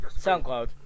SoundCloud